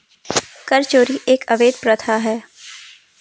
कर चोरी एक अवैध प्रथा है